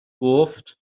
گفت